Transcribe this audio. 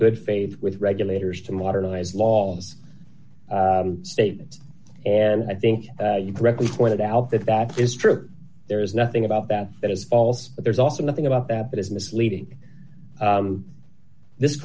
good faith with regulators to modernize laws statements and i think you correctly pointed out that that is true there is nothing about that that is false but there's also nothing about that that is misleading this